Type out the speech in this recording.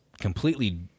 completely